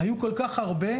היו כל כך הרבה.